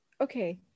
okay